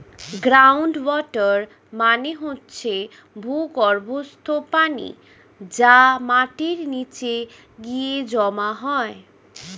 ground water মানে হচ্ছে ভূগর্ভস্থ পানি যা মাটির নিচে গিয়ে জমা হয়